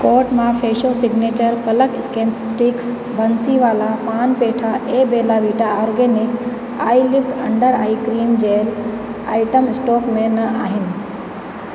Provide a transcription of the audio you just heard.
कोट मां फेशो सिग्नेचर पलक स्कैन स्टिक्स बंसीवाला पान पेठा ऐं Bella Vita organic eyelift under eye cream gel item stock में न आहिनि